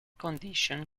condition